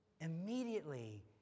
Immediately